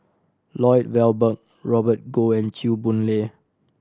Lloyd Valberg Robert Goh and Chew Boon Lay